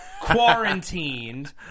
quarantined